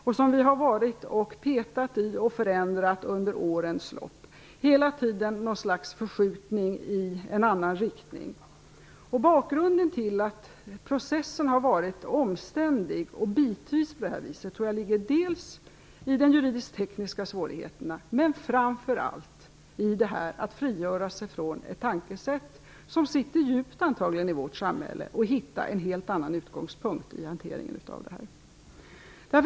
Vi har under årens lopp varit och petat i och förändrat brottsrubriceringar. Det har hela tiden varit fråga om ett slags förskjutning i en annan riktning. Orsaken till att processen har varit omständlig och skett bitvis tror jag ligger i de juridisk-tekniska svårigheterna. Men framför allt gäller det att frigöra sig från ett tankesätt som antagligen sitter djupt i vårt samhälle och hitta en helt annan utgångspunkt i hantering av dessa brott.